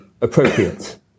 appropriate